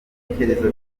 ibitekerezo